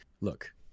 look